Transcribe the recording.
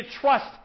trust